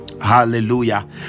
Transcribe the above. hallelujah